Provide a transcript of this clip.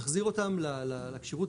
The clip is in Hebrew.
לבצע בהם איזושהי פעולה שתחזיר אותם לכשירות